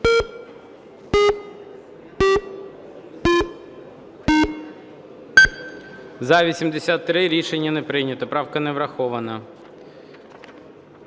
За-83 Рішення не прийнято. Правка не врахована.